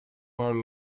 our